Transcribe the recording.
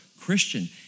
Christian